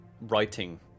writing